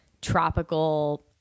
tropical